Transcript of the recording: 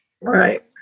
Right